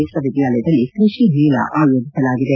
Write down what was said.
ವಿಶ್ವವಿದ್ಯಾಲಯದಲ್ಲಿ ಕೃಷಿ ಮೇಳ ಆಯೋಜಿಸಲಾಗಿದೆ